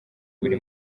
buri